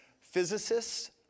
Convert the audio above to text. physicists